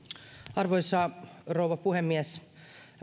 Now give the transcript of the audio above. arvoisa rouva puhemies